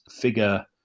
figure